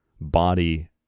body